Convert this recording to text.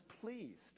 pleased